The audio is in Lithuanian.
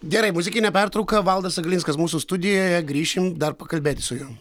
gerai muzikinė pertrauka valdas aglinskas mūsų studijoje grįšim dar pakalbėti su juo